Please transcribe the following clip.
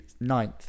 ninth